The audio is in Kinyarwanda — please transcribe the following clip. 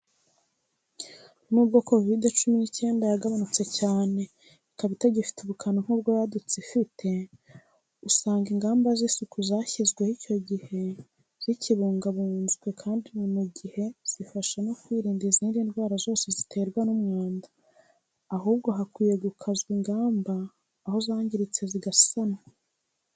N'ubwo kovide cumi n'icyenda yagabanutse cyane, ikaba itagifite ubukana nk'ubwo yadutse ifite, usanga ingamba z'isuku zashyizweho icyo gihe zikibungabunzwe, kandi ni mu gihe, zifasha no kwirinda izindi ndwara zose ziterwa n'umwanda; ahubwo hakwiye gukazwa ingamba aho zangiritse zigasanwa.